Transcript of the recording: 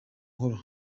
nkuru